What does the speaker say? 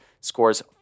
scores